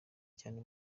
cyane